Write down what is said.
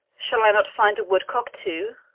shall i not find a woodcock too?